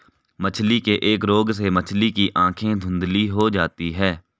मछली के एक रोग से मछली की आंखें धुंधली हो जाती है